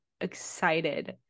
excited